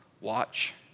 watch